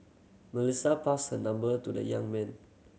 Melissa passed her number to the young man